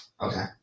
Okay